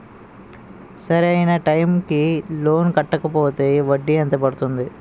సరి అయినా టైం కి లోన్ కట్టకపోతే వడ్డీ ఎంత పెరుగుతుంది?